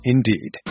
Indeed